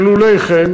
שלולא כן,